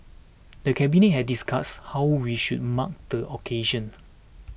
the cabinet had discussed how we should mark the occasion